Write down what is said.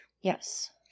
Yes